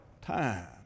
time